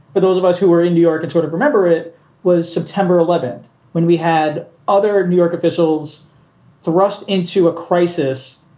but those of us who were in new york and sort of remember it was september eleven when we had other new york officials thrust into a crisis.